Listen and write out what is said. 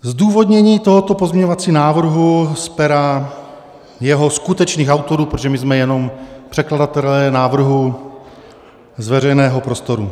Zdůvodnění tohoto pozměňovacího návrhu z pera jeho skutečných autorů, protože my jsme jenom předkladatelé návrhu z veřejného prostoru: